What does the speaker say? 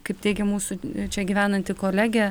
kaip teigia mūsų čia gyvenanti kolegė